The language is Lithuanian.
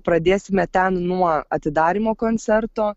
pradėsime ten nuo atidarymo koncerto